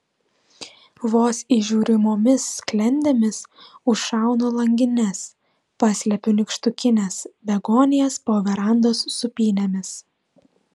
vos įžiūrimomis sklendėmis užšaunu langines paslepiu nykštukines begonijas po verandos sūpynėmis